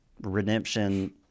redemption